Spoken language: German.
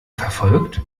verfolgt